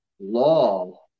Law